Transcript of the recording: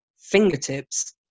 fingertips